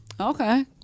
Okay